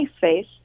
face